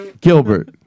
Gilbert